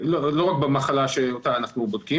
ולא רק במחלה אותה אנחנו בודקים.